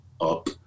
up